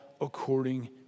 according